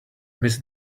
miss